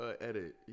edit